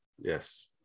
Yes